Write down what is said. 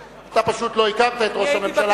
אתה פשוט לא הכרת את ראש הממשלה שהזמין אותו.